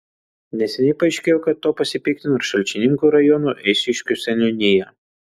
neseniai paaiškėjo kad tuo pasipiktino ir šalčininkų rajono eišiškių seniūnija